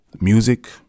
music